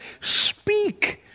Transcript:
speak